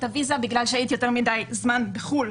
הוויזה בגלל שהייתה יותר מדי זמן בחו"ל,